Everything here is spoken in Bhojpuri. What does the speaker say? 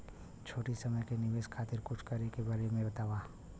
छोटी समय के निवेश खातिर कुछ करे के बारे मे बताव?